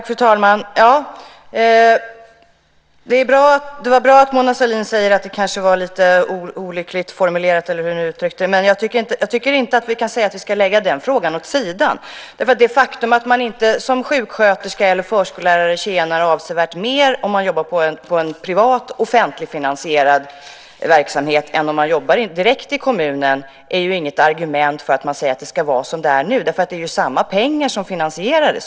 Fru talman! Det var bra att Mona Sahlin sade att det kanske var lite olyckligt formulerat, eller hur hon uttryckte det, men jag tycker inte att vi kan säga att vi ska lägga den frågan åt sidan. Det faktum att man inte som sjuksköterska eller förskollärare tjänar avsevärt mer om man jobbar i en privat offentligfinansierad verksamhet än om man jobbar direkt i kommunen är inget argument för att säga att det ska vara som det är nu. Det är ju samma pengar som finansierar verksamheten.